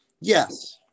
yes